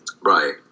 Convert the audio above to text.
Right